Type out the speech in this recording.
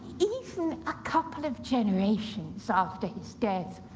even a couple of generations after his death,